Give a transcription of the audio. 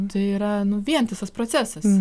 tai yra vientisas procesas